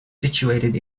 situated